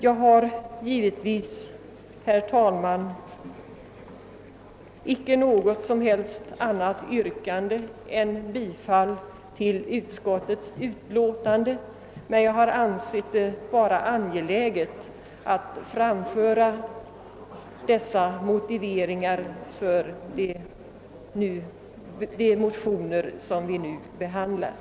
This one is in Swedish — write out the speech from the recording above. Jag har givetvis, herr talman, icke något som helst annat yrkande än om bifall till utskottets hemställan, men jag har ansett det vara angeläget att framföra dessa motiveringar för de motioner som nu behandlas.